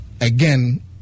again